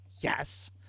Yes